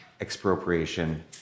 expropriation